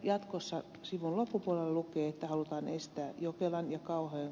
jatkossa sivun loppupuolella lukee että halutaan estää jokelan ja kauhujen